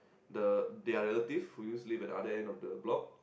the their relative who used to live at the other end of the block